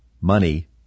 money